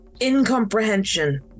incomprehension